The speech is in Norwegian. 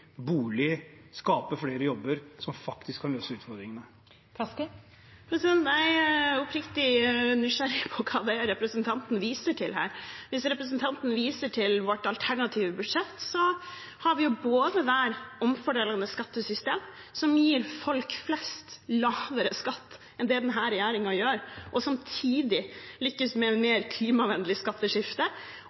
å skape flere jobber, som faktisk kan løse utfordringene? Jeg er oppriktig nysgjerrig på hva representanten viser til her. Hvis representanten viser til vårt alternative budsjett, har vi der både et omfordelende skattesystem som gir folk flest lavere skatt enn det denne regjeringen gjør, og samtidig lykkes med et mer klimavennlig skatteskifte,